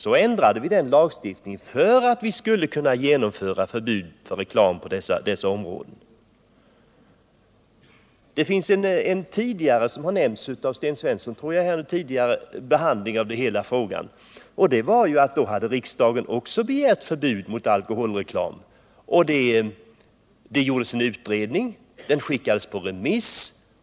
Då ändrade riksdagen den lagstiftningen för att vi skulle kunna genomföra ett förbud mot reklam på dessa områden. Såsom tidigare har nämnts av Sten Svensson här har hela frågan behandlats tidigare. Även då hade riksdagen begärt förbud mot alkoholreklam, och det gjordes en utredning, som skickades på remiss.